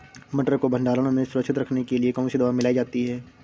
मटर को भंडारण में सुरक्षित रखने के लिए कौन सी दवा मिलाई जाती है?